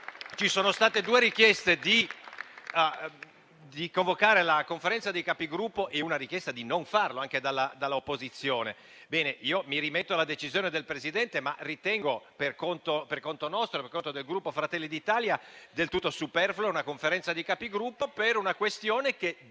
ci sono state due richieste di convocare la Conferenza dei Capigruppo e una richiesta di non farlo, da parte dell'opposizione. Ebbene, io mi rimetto alla decisione del Presidente, ma, per conto del Gruppo Fratelli d'Italia, del tutto superflua una Conferenza dei Capigruppo per una questione che